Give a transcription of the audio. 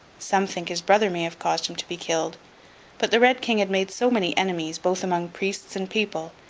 some think his brother may have caused him to be killed but the red king had made so many enemies, both among priests and people,